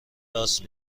راست